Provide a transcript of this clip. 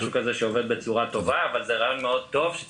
אני כן חושב שמדובר ברעיון מבורך שיכול להקל ולסייע,